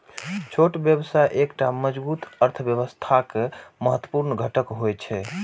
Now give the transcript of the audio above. छोट व्यवसाय एकटा मजबूत अर्थव्यवस्थाक महत्वपूर्ण घटक होइ छै